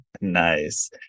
Nice